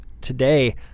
today